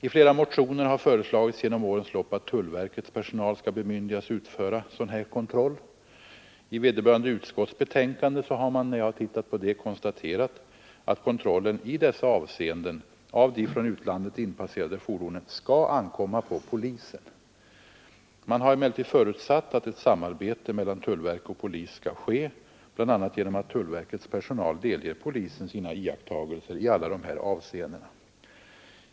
I flera motioner har under årens lopp föreslagits att tullverkets personal skall bemyndigas utföra sådan här kontroll. I vederbörande utskotts betänkande har man konstaterat att kontrollen av de från utlandet inpasserande fordonen i dessa avseenden skall ankomma på polisen. Man har emellertid förutsatt att ett samarbete mellan tullverk och polis skall ske bl.a. genom att tullverkets personal delger polisen sina iakttagelser i alla dessa avseenden.